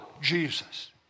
Jesus